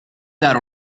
dare